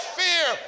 fear